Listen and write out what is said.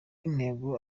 intego